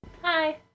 Hi